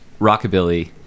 rockabilly